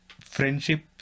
friendship